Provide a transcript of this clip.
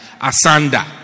Asanda